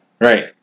Right